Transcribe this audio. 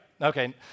Okay